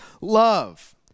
love